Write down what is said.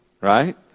Right